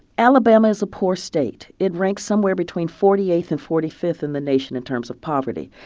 alabama is a poor state. it ranks somewhere between forty eighth and forty fifth in the nation in terms of poverty.